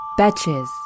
Betches